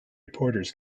reporters